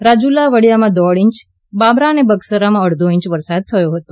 રાજુલા વડીયામા દોઢ ઇંચ તથા બાબરા અને બગસરામા અડધો ઇંચ વરસાદ થયો હતો